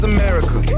America